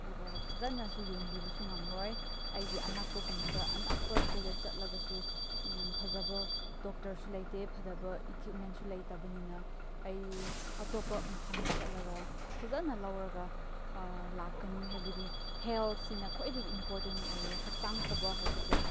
ꯑꯗꯨꯒ ꯐꯖꯅꯁꯨ ꯌꯦꯡꯕꯤꯕꯁꯨ ꯉꯝꯂꯣꯏ ꯑꯩꯒꯤ ꯑꯅꯛꯄꯒꯨꯝꯕꯗ ꯑꯅꯛꯄꯗ ꯆꯠꯂꯒꯁꯨ ꯐꯖꯕ ꯗꯣꯛꯇꯔꯁꯨ ꯂꯩꯇꯦ ꯐꯖꯕ ꯏꯀ꯭ꯌꯨꯞꯃꯦꯟꯁꯨ ꯂꯩꯇꯕꯅꯤꯅ ꯑꯩ ꯑꯇꯣꯞꯄ ꯃꯐꯝꯗ ꯆꯠꯂꯒ ꯐꯖꯅ ꯂꯧꯔꯒ ꯂꯥꯛꯀꯅꯤ ꯍꯥꯏꯕꯗꯤ ꯍꯦꯜꯊꯁꯤꯅ ꯈ꯭ꯋꯥꯏꯗꯒꯤ ꯏꯝꯄꯣꯔꯇꯦꯟ ꯑꯣꯏꯌꯦ ꯍꯛꯆꯥꯡ ꯐꯕ ꯍꯥꯏꯕꯁꯦ